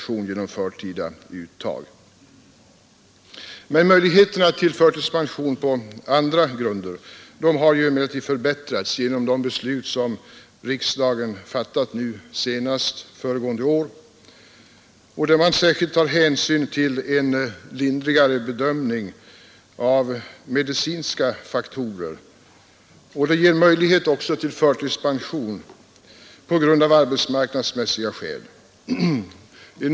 Möjligheterna till förtidspension på andra grunder har emellertid förbättrats genom de beslut som riksdagen fattat, nu senast föregående år. De bestämmelserna medger en generösare bedömning av medicinska faktorer, och de ger också möjlighet till förtidspension av arbetsmarknadsmässiga skäl.